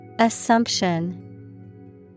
Assumption